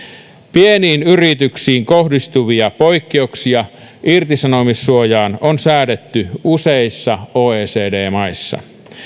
pieniin yrityksiin kohdistuvia poikkeuksia irtisanomissuojaan on säädetty useissa oecd maissa